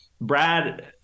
Brad